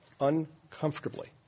uncomfortably